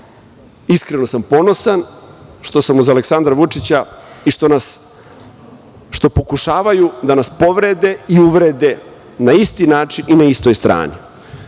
desi. Iskreno sam ponosan što sam uz Aleksandra Vučića i što pokušavaju da nas povrede i uvrede na isti način i na istoj strani.